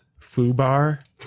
foobar